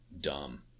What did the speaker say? dumb